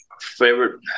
favorite